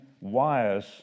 wires